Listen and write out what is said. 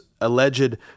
alleged